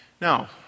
Now